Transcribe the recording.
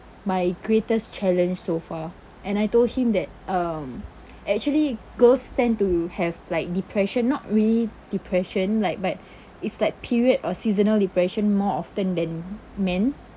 my greatest challenge so far and I told him that um actually girls tend to have like depression not really depression like but it's like period or seasonal depression more often than men